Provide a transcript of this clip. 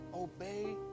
obey